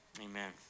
Amen